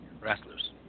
wrestlers